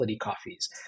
coffees